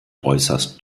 äußerst